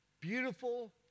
beautiful